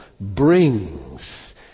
brings